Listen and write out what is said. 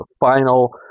final